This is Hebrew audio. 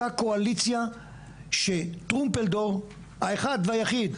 אותה קואליציה שטרומפלדור האחד והיחיד,